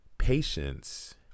Patience